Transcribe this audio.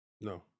no